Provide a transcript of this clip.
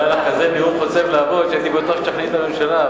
היה לך כזה נאום חוצב להבות שהייתי בטוח שתשכנעי את הממשלה,